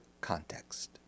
context